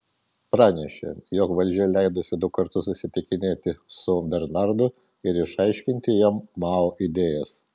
pranešė jog valdžia leidusi du kartus susitikinėti su bernardu ir išaiškinti jam mao idėjas